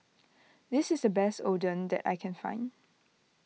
this is the best Oden that I can find